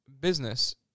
business